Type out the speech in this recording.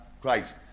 Christ